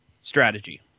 Strategy